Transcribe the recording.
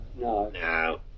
No